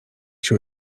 się